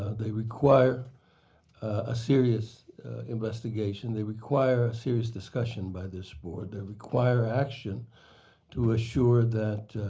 they require a serious investigation. they require a serious discussion by this board. they require action to assure that,